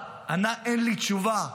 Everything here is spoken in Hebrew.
ענה: אין לי תשובה.